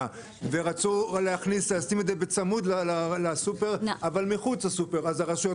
ורצו לשים את זה בצמוד לסופר אבל מחוץ לסופר אז הרשויות